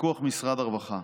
בפיקוח משרד הרווחה,